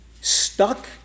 stuck